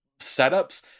setups